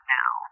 now